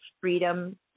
freedom